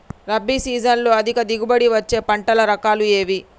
రబీ సీజన్లో అధిక దిగుబడి వచ్చే పంటల రకాలు ఏవి?